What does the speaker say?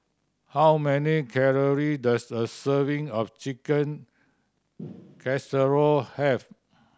how many calorie does a serving of Chicken Casserole have